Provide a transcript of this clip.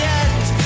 end